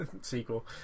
sequel